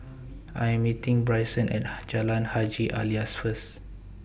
I Am meeting Bryson At Jalan Haji Alias First